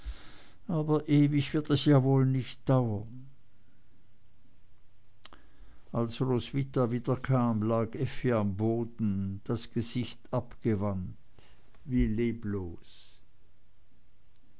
aber ewig wird es ja wohl nicht dauern als roswitha wiederkam lag effi am boden das gesicht abgewandt wie leblos